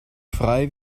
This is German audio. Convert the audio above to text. frei